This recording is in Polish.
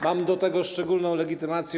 Mam do tego szczególną legitymację.